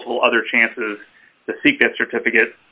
multiple other chances to seek that certificate